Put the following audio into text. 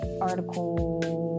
article